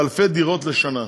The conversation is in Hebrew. באלפי דירות לשנה.